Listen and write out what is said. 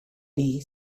tea